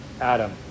Adam